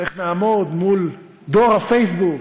איך נעמוד מול דור הפייסבוק?